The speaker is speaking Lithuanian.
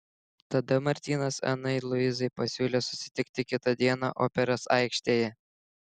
tada martynas anai luizai pasiūlė susitikti kitą dieną operos aikštėje